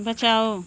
बचाओ